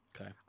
Okay